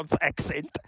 accent